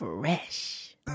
fresh